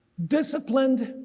disciplined,